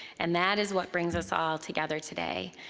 and that is what brings us all together today.